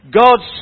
God's